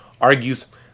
argues